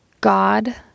God